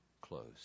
close